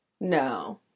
No